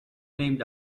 named